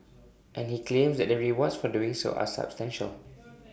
and he claims that the rewards for doing so are substantial